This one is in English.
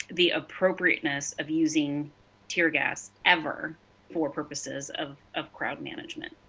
the appropriateness of using teargas ever for purposes of of crowd management?